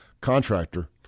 contractor